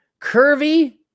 curvy